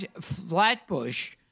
Flatbush